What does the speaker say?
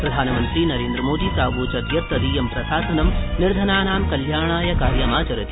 प्रधानमन्त्री नरेन्द्रमोदी प्रवोचत् यत् तदीयं प्रशासनं निर्धानानां कल्याणाय कार्यमाचरति